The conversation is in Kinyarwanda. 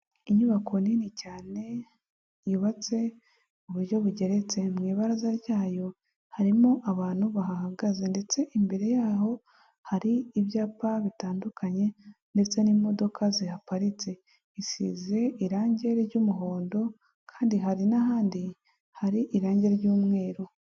Inyubako nini cyane yubatse mu buryo bugeretse, mu ibaraza ryayo harimo abantu bahahagaze, ndetse imbere yaho hari ibyapa bitandukanye ndetse n'imodoka zihaparitse. Isize irangi ry'umuhondo kandi hari n'ahandi hari irangi ry'umweru.